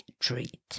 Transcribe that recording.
treat